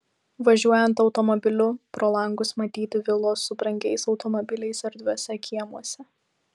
važiuojant automobiliu pro langus matyti vilos su brangiais automobiliais erdviuose kiemuose